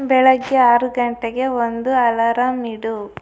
ಬೆಳಗ್ಗೆ ಆರು ಗಂಟೆಗೆ ಒಂದು ಅಲಾರಾಮ್ ಇಡು